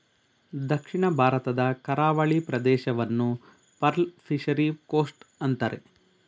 ದಕ್ಷಿಣ ಭಾರತದ ಕರಾವಳಿ ಪ್ರದೇಶವನ್ನು ಪರ್ಲ್ ಫಿಷರಿ ಕೋಸ್ಟ್ ಅಂತರೆ